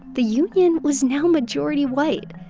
the union was now majority white,